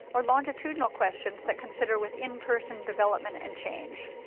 or longitudinal questions that consider within-person development and change.